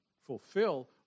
fulfill